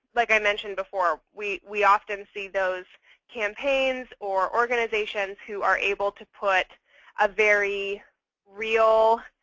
like i mentioned before, we we often see those campaigns or organizations who are able to put a very real